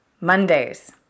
Mondays